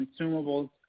consumables